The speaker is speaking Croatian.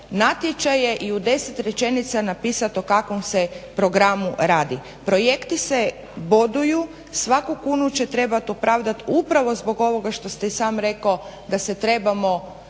natječaje i u 10 rečenica napisat o kakvom se programu radi. Projekti se boduju, svaku kunu će trebat opravdat upravo zbog ovoga što ste i sam reko, da se trebamo kvalitetno